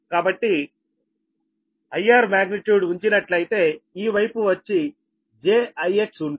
కాబట్టి I R magnitude ఉంచినట్లయితే ఈ వైపు వచ్చి j IX ఉంటుంది